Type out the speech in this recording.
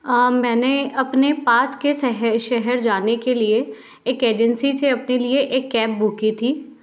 मैंने अपने पास के शहर जाने के लिए एक एजेंसी से अपने लिए कैब बुक थी